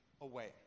away